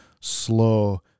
slow